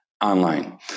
online